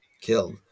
killed